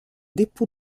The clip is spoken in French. dépôt